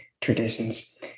traditions